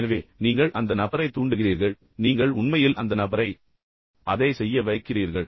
எனவே நீங்கள் அந்த நபரை தூண்டுகிறீர்கள் நீங்கள் உண்மையில் அந்த நபரை அதை செய்ய வைக்கிறீர்கள்